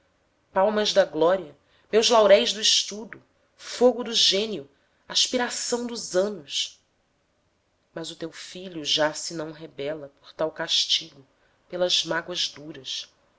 palmas da glória meus lauréis do estudo fogo do gênio aspiração dos anos mas o teu filho já se não rebela por tal castigo pelas mágoas duras